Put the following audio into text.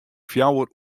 fjouwer